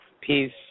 Peace